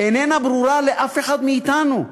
שאיננה ברורה לאף אחד מאתנו.